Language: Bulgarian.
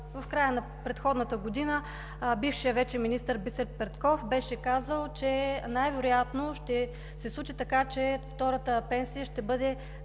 в края на предходната година бившият вече министър Бисер Петков беше казал, че най-вероятно ще се случи така, че втората пенсия ще бъде